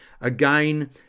Again